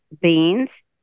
beans